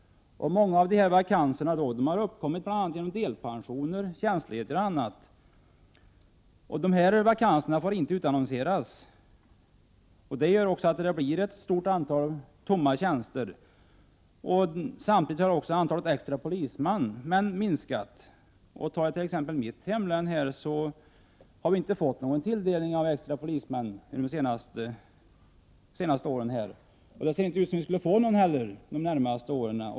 Många av dessa vakanser har uppkommit bl.a. genom delpensioner, tjänstledigheter osv. Dessa vakanser får inte utannonseras, och det gör att det blir ett stort antal tomma tjänster. Samtidigt har antalet extra polismän minskat. I mitt hemlän t.ex. har vi inte fått någon tilldelning av extra polismän de senaste åren. Det ser inte ut som om vi skulle få någon extra polisman under de närmaste åren.